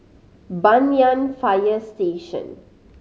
Banyan Fire Station